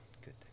good